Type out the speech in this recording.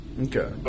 Okay